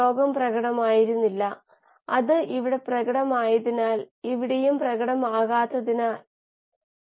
ഒരു പദാർത്ഥത്തിന് ദാനം ചെയ്യാൻ കഴിയുന്ന ഇലക്ട്രോണുകളുടെ എണ്ണം എന്ന് മനസ്സിലാക്കാം